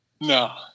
No